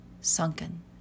Sunken